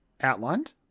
outlined